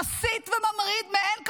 מסית וממריד מאין כמוהו,